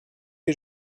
les